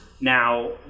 Now